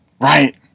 right